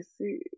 see